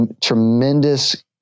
tremendous